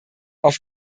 auf